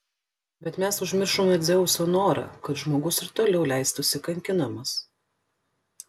bet mes užmiršome dzeuso norą kad žmogus ir toliau leistųsi kankinamas